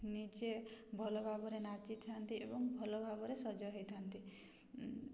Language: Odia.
ନିଜେ ଭଲ ଭାବରେ ନାଚିଥାନ୍ତି ଏବଂ ଭଲ ଭାବରେ ସଜ ହୋଇଥାନ୍ତି